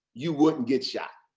you wouldn't get shot.